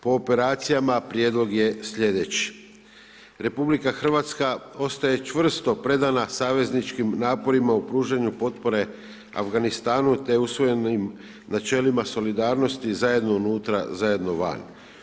Po operacijama prijedlog je slijedeći: RH ostaje čvrsto predana savezničkim naporima u pružanju potpore Afganistanu, te usvojenim načelima solidarnosti zajedno unutra, zajedno van.